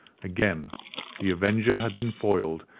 again the avenger had been foiled,